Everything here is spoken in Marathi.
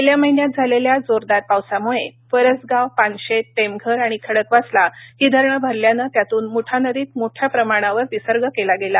गेल्या महिन्यात झालेल्या जोरदार पावसामुळे वरसगांव पानशेत टेमघर अणि खडकवासला ही धरणे भरल्याने यातून मुठा नदीत मेठ्या प्रमाणावर विसर्ग केला गेला